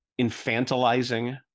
infantilizing